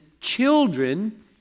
children